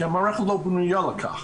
כי המערכת לא בנויה לכך.